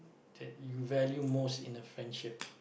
that you value most in a friendship